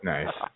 Nice